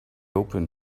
open